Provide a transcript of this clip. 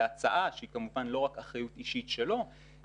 וההצעה שהיא כמובן לא רק אחריות אישית שלו והיא,